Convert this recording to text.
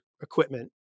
equipment